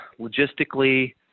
logistically